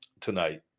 tonight